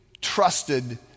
trusted